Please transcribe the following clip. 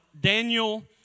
Daniel